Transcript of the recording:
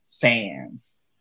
fans